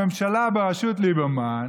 הממשלה בראשות ליברמן,